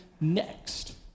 next